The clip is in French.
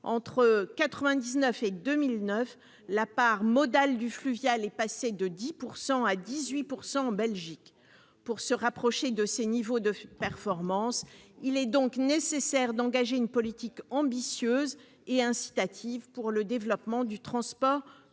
entre 1999 et 2009, en Belgique, la part modale du fluvial est passée de 10 % à 18 %. Pour se rapprocher de ce niveau de performance, il est nécessaire d'engager une politique ambitieuse et incitative de développement du transport fluvial.